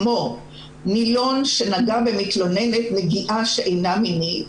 כגון נילון שנגע במתלוננת נגיעה שאינה מינית,